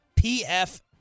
PF